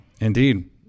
Indeed